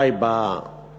אולי